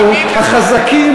אנחנו החזקים,